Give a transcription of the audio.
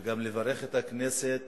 וגם לברך את הכנסת